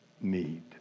need